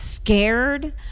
scared